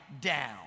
down